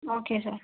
okay sir